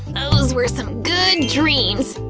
those were some good dreams.